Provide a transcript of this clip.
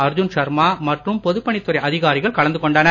அர்ஜுன் ஷர்மா மற்றும் பொதுப் பணித் துறை அதிகாரிகள் கலந்து கொண்டனர்